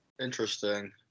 Interesting